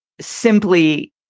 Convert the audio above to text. simply